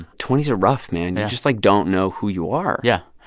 twenty s are rough, man. you just, like, don't know who you are yeah.